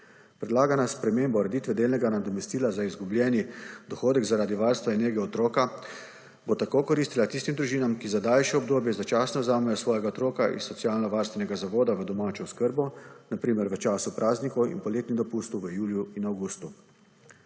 Predlagana sprememba ureditve delnega nadomestila za izgubljeni dohodek zaradi varstva in nege otroka bo tako koristila tistim družinam, ki za daljše obdobje začasno vzamejo svojega otroka iz socialnovarstvenega zavoda v domačo oskrbo, na primer v času praznikov in poletnih dopustov v juliju in avgustu.